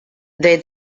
they